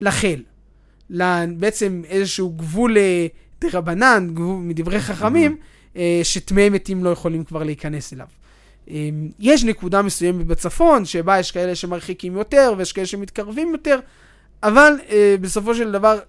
לכן, בעצם איזשהו גבול דרבנן, מדברי חכמים שתמאי מתים לא יכולים כבר להיכנס אליו. יש נקודה מסוימת בצפון שבה יש כאלה שמרחיקים יותר ויש כאלה שמתקרבים יותר, אבל בסופו של דבר...